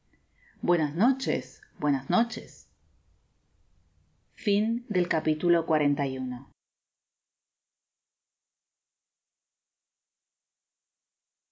buenas noches buenas noches